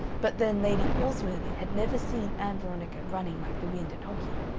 but then lady palsworthy had never seen ann veronica running like the wind at hockey.